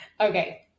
okay